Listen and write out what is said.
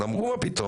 אמרו: מה פתאום?